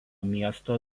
miesto